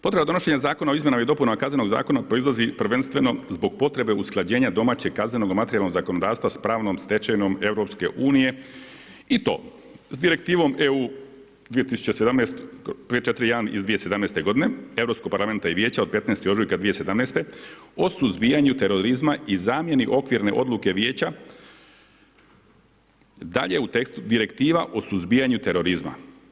Potreba donošenja zakona o izmjenama i dopunama Kaznenog zakona proizlazi prvenstveno zbog potrebe usklađenja domaćeg kaznenog materijalnog zakonodavstva s pravnom stečevinom EU i to s direktivom EU 2017 541 iz 2017. godine, Europskog parlamenta i vijeća od 15. ožujka 2017. o suzbijanju terorizma i zamjeni okvirne odluke vijeća, dalje u tekstu direktiva o suzbijanju terorizma.